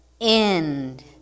end